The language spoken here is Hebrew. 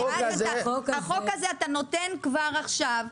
בחוק הזה אתה נותן כבר עכשיו,